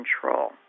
control